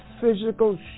physical